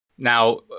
Now